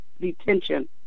detention